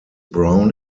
brown